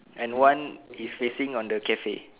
and one is facing on the cafe